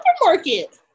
supermarket